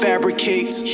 Fabricates